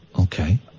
Okay